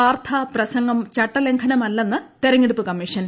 വാർധ പ്രസംഗം ചട്ടലംഘനമല്ലെന്ന് തിരഞ്ഞെടുപ്പ് കമ്മീഷൻ